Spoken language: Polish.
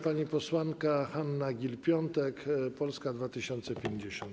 Pani posłanka Hanna Gill-Piątek, Polska 2050.